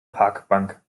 parkbank